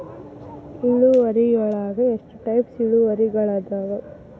ಇಳುವರಿಯೊಳಗ ಎಷ್ಟ ಟೈಪ್ಸ್ ಇಳುವರಿಗಳಾದವ